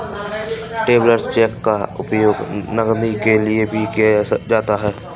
travellers cheque का उपयोग नकदी के लिए भी किया जा सकता है